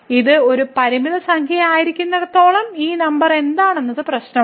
ഇത് ഒരു പരിമിത സംഖ്യയായിരിക്കുന്നിടത്തോളം ഈ നമ്പർ എന്താണെന്നത് പ്രശ്നമല്ല